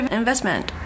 investment